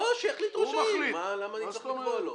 שיחליט ראש העיר, למה אני צריך לקבוע לו?